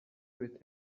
with